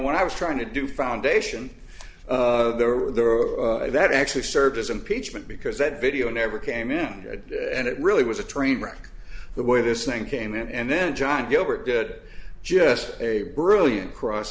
what i was trying to do foundation there or that actually served as impeachment because that video never came in and it really was a train wreck the way this thing came in and then john gilbert did just a brilliant cross